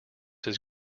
his